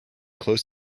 close